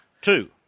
Two